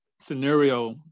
scenario